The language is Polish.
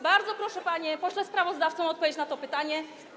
Bardzo proszę, panie pośle sprawozdawco, o odpowiedź na to pytanie.